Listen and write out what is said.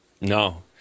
no